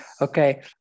Okay